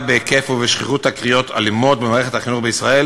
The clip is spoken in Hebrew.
בהיקף ובשכיחות של תקריות אלימות במערכת החינוך בישראל,